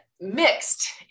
mixed